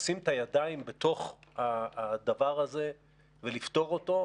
לשים את הידיים בתוך הדבר הזה ולפתור אותו,